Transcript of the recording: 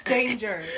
Danger